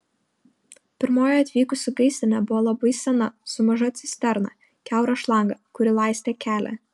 pirmoji atvykusi gaisrinė buvo labai sena su maža cisterna kiaura šlanga kuri laistė kelią